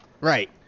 Right